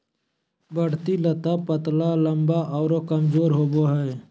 बढ़ती लता पतला लम्बा आरो कमजोर होबो हइ